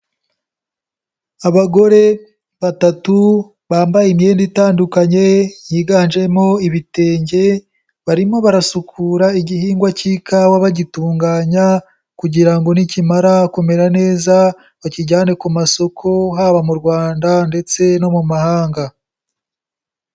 Abagore batatu bambaye imyenda itandukanye yiganjemo ibitenge, barimo barasukura igihingwa cy'ikawa bagitunganya kugira ngo nikimara kumera neza bakijyane ku masoko haba mu Rwanda ndetse no mu mahanga.